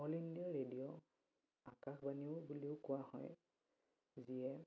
all India radio Akashvani বুলিও কোৱা হয় যিয়ে